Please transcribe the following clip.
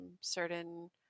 certain